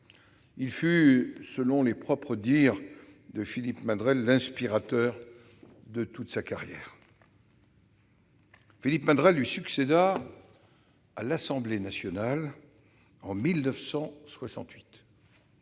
fut, selon ses propres dires, « l'inspirateur de toute [sa] carrière ». Philippe Madrelle lui succéda à l'Assemblée nationale en 1968.